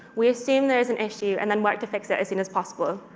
we assume there is an issue and then work to fix it as soon as possible.